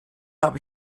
habe